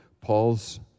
Paul's